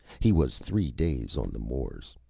he was three days on the moors.